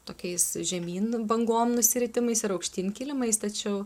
tokiais žemyn bangom nusiritimais ir aukštyn kilimais tačiau